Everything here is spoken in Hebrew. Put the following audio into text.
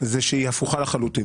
היא שהיא הפוכה לחלוטין.